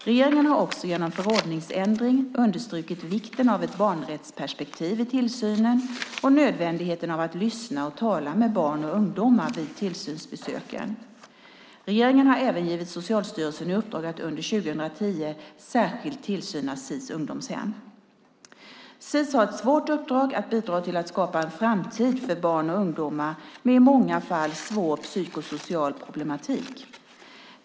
Regeringen har också genom förordningsändring understrukit vikten av ett barnrättsperspektiv i tillsynen och nödvändigheten av att lyssna och tala med barn och ungdomar vid tillsynsbesöken. Regeringen har även givit Socialstyrelsen i uppdrag att under 2010 utföra särskild tillsyn av Sis ungdomshem. Sis har ett svårt uppdrag när det gäller att bidra till att skapa en framtid för barn och ungdomar med i många fall svår psykosocial problematik.